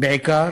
בעיקר,